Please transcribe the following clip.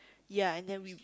ya and then we